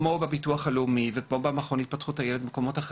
כמו בביטוח הלאומי וכמו במכון להתפתחות הילד ובמקומות אחרים,